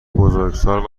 بزرگسال